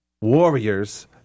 warriors